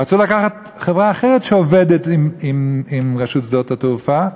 רצו לקחת חברה אחרת שעובדת עם רשות שדות התעופה.